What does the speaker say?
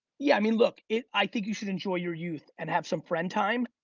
yeah, i mean, look it i think you should enjoy your youth and have some friend time.